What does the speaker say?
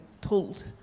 told